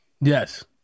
Yes